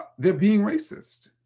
they're being racist.